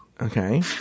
okay